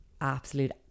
absolute